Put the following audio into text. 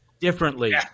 differently